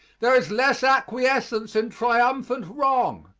there is less acquiescence in triumphant wrong.